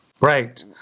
Right